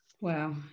Wow